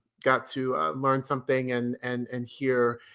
got to learn something and and and hear